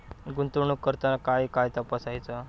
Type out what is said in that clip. गुंतवणूक करताना काय काय तपासायच?